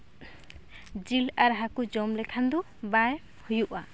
ᱡᱤᱞ ᱟᱨ ᱦᱟᱹᱠᱩ ᱡᱚᱢ ᱞᱮᱠᱷᱟᱱ ᱫᱚ ᱵᱟᱭ ᱦᱩᱭᱩᱜᱼᱟ